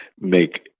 make